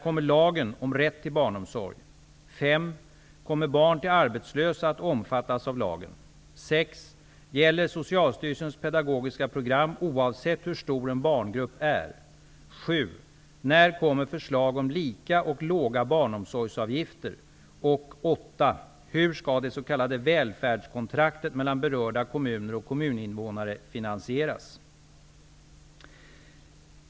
Kommer barn till arbetslösa att omfattas av lagen? 7. När kommer förslag om lika och låga barnomsorgsavgifter? 8. Hur skall det s.k. välfärdskontraktet mellan berörda kommuner och kommuninvånare finansieras?